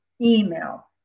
email